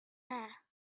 there